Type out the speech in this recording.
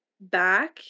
back